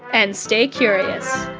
and stay curious